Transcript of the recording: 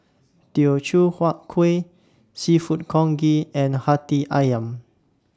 Teochew Huat Kueh Seafood Congee and Hati Ayam